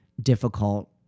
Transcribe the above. difficult